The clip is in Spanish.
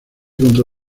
contra